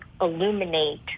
illuminate